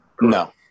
No